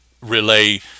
relay